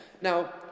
Now